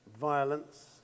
violence